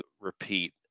repeat